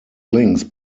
links